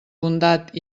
bondat